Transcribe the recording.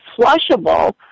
flushable